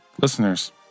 Listeners